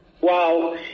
wow